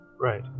Right